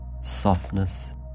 softness